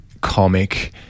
comic